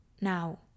now